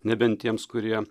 nebent tiems kurie